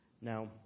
now